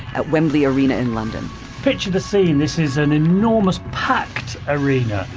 at wembley arena in london picture the scene. this is an enormous, packed arena,